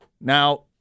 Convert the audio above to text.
Now